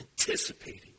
anticipating